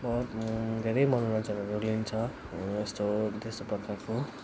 धेरै मनोरञ्जनहरू लिन्छ यस्तो त्यस्तो प्रकारको